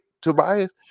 Tobias